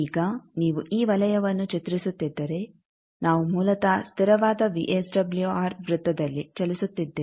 ಈಗ ನೀವು ಈ ವಲಯವನ್ನು ಚಿತ್ರಿಸುತ್ತಿದ್ದರೆ ನಾವು ಮೂಲತಃ ಸ್ಥಿರವಾದ ವಿಎಸ್ಡಬ್ಲ್ಯೂಆರ್ ವೃತ್ತದಲ್ಲಿ ಚಲಿಸುತ್ತಿದ್ದೇವೆ